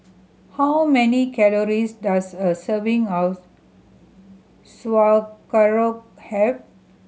how many calories does a serving of Sauerkraut have